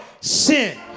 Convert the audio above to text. Sin